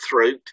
throat